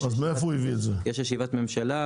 יש ישיבת ממשלה,